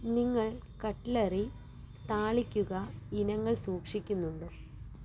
നിങ്ങൾ കട്ട്ലറി താളിക്കുക ഇനങ്ങൾ സൂക്ഷിക്കുന്നുണ്ടോ